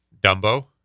Dumbo